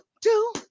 two